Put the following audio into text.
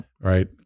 right